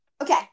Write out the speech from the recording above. Okay